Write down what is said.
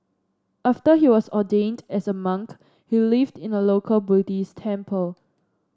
after he was ordained as a monk he lived in a local Buddhist temple